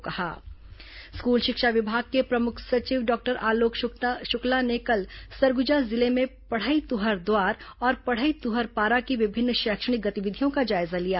school शिक्षा school शिक्षा विभाग के प्रमुख सचिव डॉक्टर आलोक शुक्ला ने कल सरगुजा जिले में पढ़ई तुंहर दुआर और पढ़ई तुंहर पारा की विभिन्न शैक्षणिक गतिविधियों का जायजा लिया